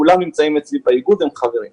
כולם נמצאים אצלי באיגוד והם חברים בו.